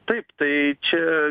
taip tai čia